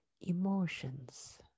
emotions